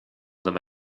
them